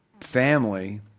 family